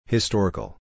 Historical